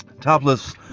topless